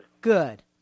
Good